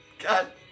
God